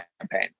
campaign